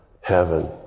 heaven